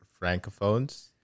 Francophones